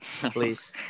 please